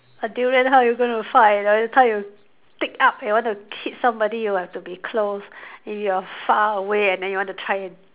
a durian how are you going to fight by the time you take up and want to hit somebody you have to be close if you are far away and then you want to try and